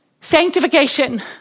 Sanctification